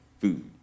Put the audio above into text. food